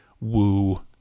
woo